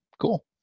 cool